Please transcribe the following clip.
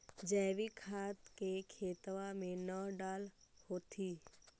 जैवीक खाद के खेतबा मे न डाल होथिं?